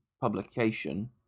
publication